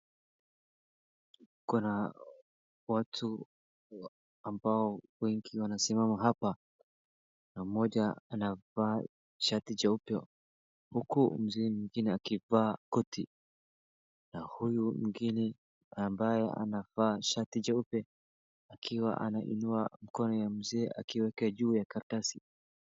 Kuna watu ambao wengi wanasimama hapa na mmoja anavaa shati jeupe huku mzee mwingine akivaa koti, na huyu mwingine ambaye anavaa shati jeupe akiwa anainua mkono ya mzee akiweka juu ya karatasi.